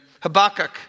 Habakkuk